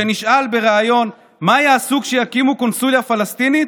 כשנשאל בריאיון מה יעשו כשיקימו קונסוליה פלסטינית,